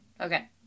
Okay